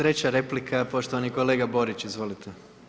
3. replika, poštovani kolega Borić, izvolite.